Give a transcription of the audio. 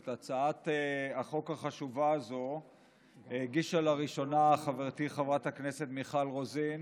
את הצעת החוק החשובה הזו הגישה לראשונה חברתי חברת הכנסת מיכל רוזין